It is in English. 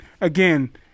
again